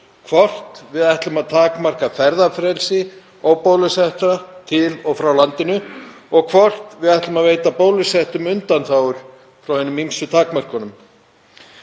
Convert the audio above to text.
hvort við ætlum að takmarka ferðafrelsi óbólusettra til og frá landinu og hvort við ætlum að veita bólusettum undanþágur frá hinum ýmsu takmörkunum.